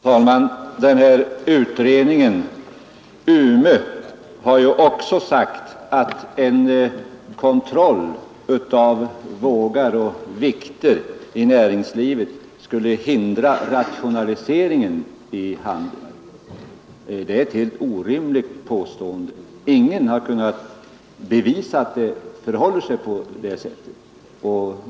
Herr talman! Den här utredningen, UME, har ju också sagt att en kontroll av vågar och vikter inom näringslivet skulle hindra rationaliseringen i handeln. Det är ett helt orimligt påstående. Ingen har kunnat bevisa att det förhåller sig på det sättet.